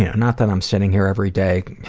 yeah not that i'm sitting here every day,